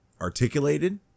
articulated